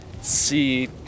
see